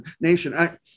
nation